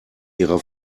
ihrer